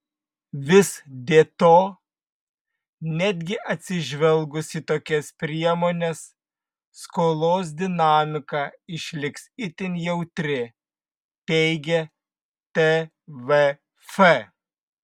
vis dėto netgi atsižvelgus į tokias priemones skolos dinamika išliks itin jautri teigia tvf